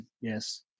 Yes